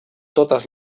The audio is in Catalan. totes